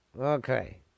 Okay